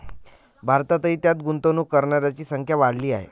भारतातही त्यात गुंतवणूक करणाऱ्यांची संख्या वाढली आहे